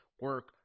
Work